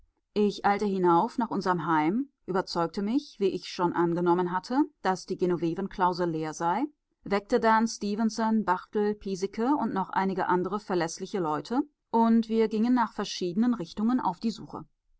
ich eilte hinauf nach unserem heim überzeugte mich wie ich schon angenommen hatte daß die genovevenklause leer sei weckte dann stefenson barthel piesecke und noch einige andere verläßliche leute und wir gingen nach verschiedenen richtungen auf die suche